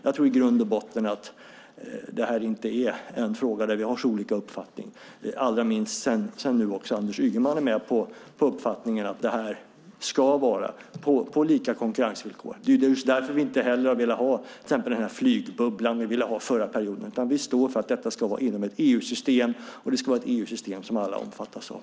Jag tror att det här är en fråga där vi i grund och botten inte har så olika uppfattning, allra minst sedan nu också Anders Ygeman har uppfattningen att det här ska ske på lika konkurrensvillkor. Det är därför vi inte har velat ha den flygbubbla ni ville ha förra perioden. Vi står för att detta ska vara inom ett EU-system, och att det ska vara ett EU-system som alla omfattas av.